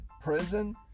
prison